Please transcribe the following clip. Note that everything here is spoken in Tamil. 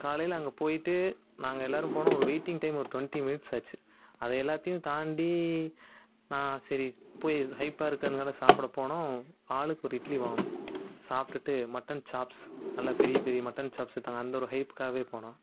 காலையில் அங்கே போயிவிட்டு நாங்கள் எல்லாரும் போனோம் ஒரு வெயிட்டிங் டைம் ஒரு ட்வொண்ட்டி மினிட்ஸ் ஆச்சு அதை எல்லாத்தையும் தாண்டி நான் சரி போய் ஹைப்பாக இருக்கறனால சாப்பிட போனோம் ஆளுக்கு ஒரு இட்லி வாங்கினோம் சாப்பிட்டுட்டு மட்டன் ச்சாப்ஸ் நல்லா பெரிய பெரிய மட்டன் ச்சாப்ஸ் விற்றாங்க அந்த ஒரு ஹைப்புக்காகவே போனோம்